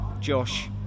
Josh